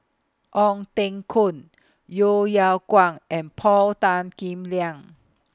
Ong Teng Koon Yeo Yeow Kwang and Paul Tan Kim Liang